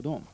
Utskottsmajoriteten